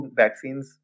vaccines